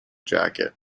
jacket